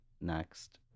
next